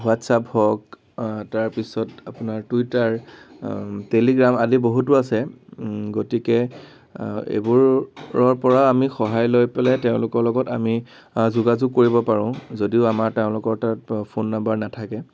WhatsApp হওক তাৰপিছত আপোনাৰ টুইটাৰ টেলিগ্ৰাম আদি বহুতো আছে গতিকে এইবোৰৰ পৰা আমি সহায় লৈ পেলাই তেওঁলোকৰ লগত আমি যোগাযোগ কৰিব পাৰোঁ যদিও আমাৰ তেওঁলোকৰ তাত ফোন নাম্বাৰ নাথাকে